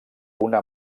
una